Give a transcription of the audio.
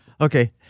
Okay